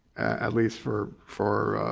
at least for for